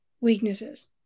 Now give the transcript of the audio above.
weaknesses